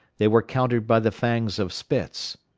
they were countered by the fangs of spitz.